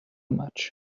much